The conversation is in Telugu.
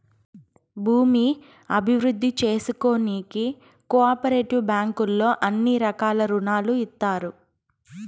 భూమి అభివృద్ధి చేసుకోనీకి కో ఆపరేటివ్ బ్యాంకుల్లో అన్ని రకాల రుణాలు ఇత్తారు